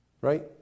Right